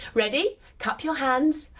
ready? cup your hands.